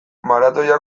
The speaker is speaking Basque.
maratoia